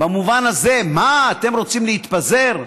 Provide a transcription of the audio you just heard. במובן הזה: מה, אתם רוצים להתפזר?